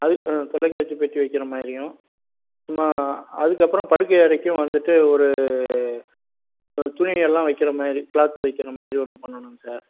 அது ஆ தொலைக்காட்சி பெட்டி வைக்கிற மாதிரியும் மா அதுக்கப்புறம் படுக்கையறைக்கும் வந்துட்டு ஒரு ஆ துணியெல்லாம் வைக்கிற மாதிரி கிளாத் வைக்கிற மாதிரி ஒன்று பண்ணணுங்க சார்